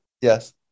Yes